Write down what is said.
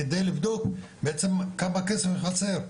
כדי לבדוק בעצם כמה כסף חסר.